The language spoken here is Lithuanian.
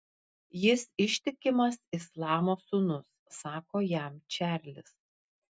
jis ištikimas islamo sūnus sako jam čarlis